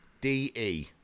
d-e